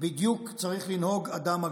בדיוק צריך לנהוג אדם הגון.